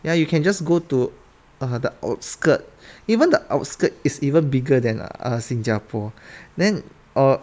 ya you can just go to uh the outskirt even the outskirt is even bigger than err 新加坡 then or